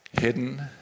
Hidden